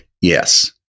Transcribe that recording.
Yes